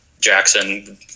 Jackson